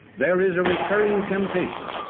there is a recurring temptation.